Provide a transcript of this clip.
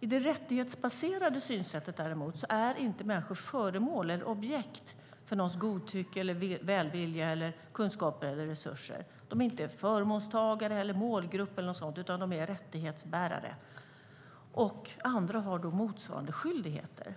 I det rättighetsbaserade synsättet är inte människor föremål eller objekt för någons godtycke, välvilja, kunskaper eller resurser. De är inte förmånstagare eller målgrupp utan rättighetsbärare. Andra har då motsvarande skyldigheter.